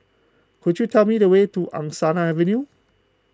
could you tell me the way to Angsana Avenue